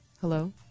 Hello